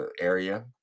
area